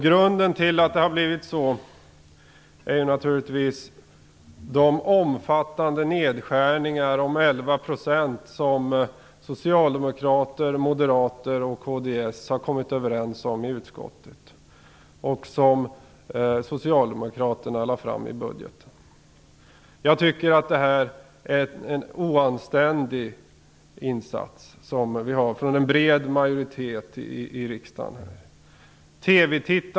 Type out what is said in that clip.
Grunden är naturligtvis de omfattande nedskärningar om 11 % som socialdemokrater, moderater och kds har kommit överens om i utskottet och som Socialdemokraterna föreslog i budgeten. Jag tycker att det är oanständigt från en bred majoritet i riksdagen.